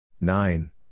Nine